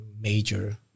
major